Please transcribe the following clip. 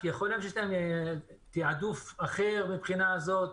כי יכול להיות שיש להם תעדוף אחר מבחינה זאת.